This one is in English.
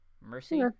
Mercy